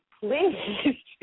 please